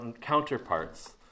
counterparts